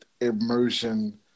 immersion